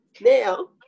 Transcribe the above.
now